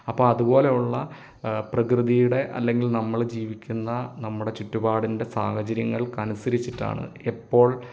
അപ്പം അതുപോലെയുള്ള പ്രകൃതിയുടെ അല്ലെങ്കിൽ നമ്മൾ ജീവിക്കുന്ന നമ്മുടെ ചുറ്റുപാടിൻ്റെ സാഹചര്യങ്ങൾക്കനുസരിച്ചിട്ടാണ് എപ്പോൾ